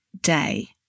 day